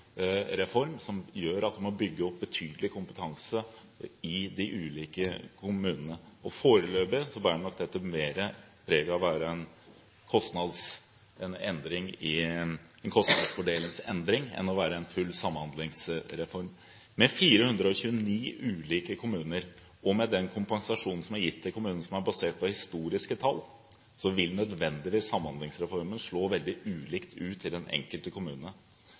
reform som gjør at man må bygge opp betydelig kompetanse i de ulike kommunene. Foreløpig bærer nok dette mer preg av å være en kostnadsfordelingsendring enn å være en full samhandlingsreform. Med 429 ulike kommuner, og med den kompensasjonen som er gitt til kommunene basert på historiske tall, vil nødvendigvis Samhandlingsreformen slå veldig ulikt ut i den enkelte kommune.